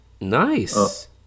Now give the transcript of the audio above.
nice